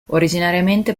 originariamente